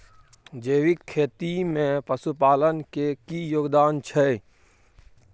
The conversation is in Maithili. जैविक खेती में पशुपालन के की योगदान छै?